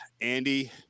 Andy